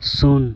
ᱥᱩᱱ